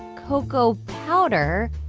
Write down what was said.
cocoa powder